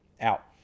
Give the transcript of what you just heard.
out